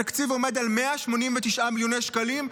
התקציב עומד על 189 מיליוני שקלים,